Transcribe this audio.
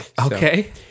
Okay